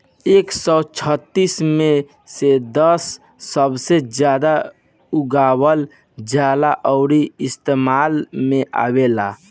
एक सौ छत्तीस मे से दस सबसे जादा उगावल जाला अउरी इस्तेमाल मे आवेला